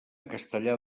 castellar